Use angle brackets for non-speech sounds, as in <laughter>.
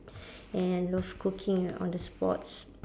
<breath> and love cooking on the spots